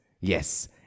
Yes